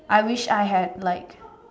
I wish I have like